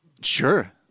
Sure